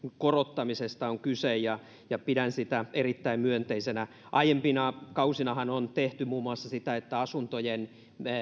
korottamisesta on kyse ja ja pidän sitä erittäin myönteisenä aiempina kausinahan on tehty muun muassa sitä että asuntojen